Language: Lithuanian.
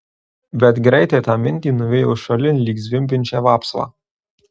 bet greitai tą mintį nuvijo šalin lyg zvimbiančią vapsvą